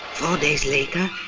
four days later,